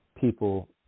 people